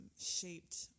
shaped